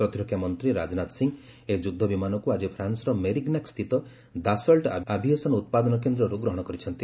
ପ୍ରତିରକ୍ଷା ମନ୍ତ୍ରୀ ରାଜନାଥ ସିଂହ ଏହି ଯୁଦ୍ଧ ବିମାନକୁ ଆଜି ଫ୍ରାନ୍ସର ମେରିଗ୍ରାକ୍ସ୍ଥିତ ଦାସଲ୍ ଆଭିଏସନ୍ ଉତ୍ପାଦନ କେନ୍ଦ୍ରରୁ ଗ୍ରହଣ କରିଛନ୍ତି